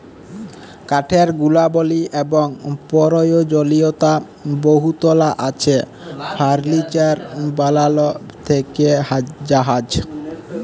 কাঠের গুলাবলি এবং পরয়োজলীয়তা বহুতলা আছে ফারলিচার বালাল থ্যাকে জাহাজ